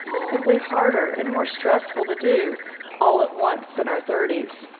simply harder and more stressful to do all at once in our thirty s.